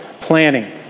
Planning